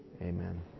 Amen